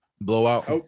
Blowout